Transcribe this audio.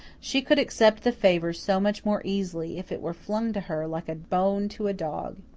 she could accept the favour so much more easily if it were flung to her like a bone to a dog.